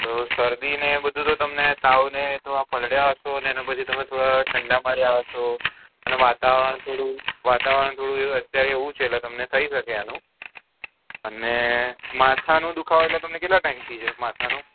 તો સરદી ને બધું તો તમને તાવ ને આ તમે આ પલ્દયા હશો પછી તમે થોડા ઠંડા વાતાવરણ અને વાતાવરણ થોદુ અત્યારે એવું છે તમને એવુ થઈ શકે એવુ અને માથાનો દુખાવો એટલે તમને કેટલા ટાઇમ થી છે માથા નું